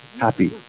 Happy